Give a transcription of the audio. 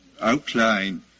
outline